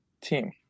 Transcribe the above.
team